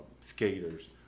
skaters